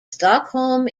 stockholm